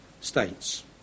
states